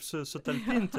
su sutalpinti